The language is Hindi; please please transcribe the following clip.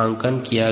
हल किया